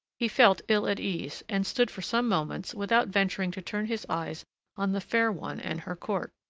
he felt ill at ease, and stood for some moments without venturing to turn his eyes on the fair one and her court.